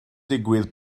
digwydd